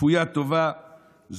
כפוית טובה,